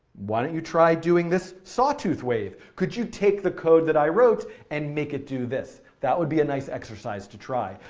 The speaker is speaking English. why don't you try doing this sawtooth wave? could you take the code that i wrote and make it do this? that would be a nice exercise to try.